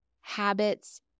habits